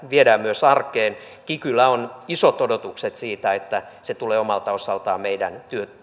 viedään myös arkeen kikyllä on isot odotukset siitä että se tulee omalta osaltaan meidän